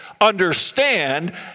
understand